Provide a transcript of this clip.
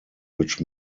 which